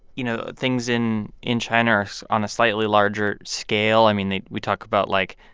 you know, things in in china are on a slightly larger scale. i mean, they we talk about, like,